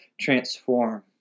transform